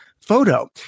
photo